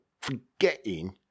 forgetting